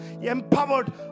Empowered